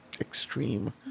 Extreme